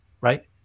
right